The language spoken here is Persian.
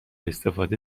استفاده